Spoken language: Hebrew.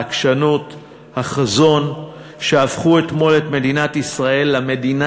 על העקשנות ועל החזון שהפכו אתמול את מדינת ישראל למדינה